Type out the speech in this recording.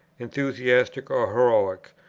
enthusiastic or heroic,